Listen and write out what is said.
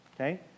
okay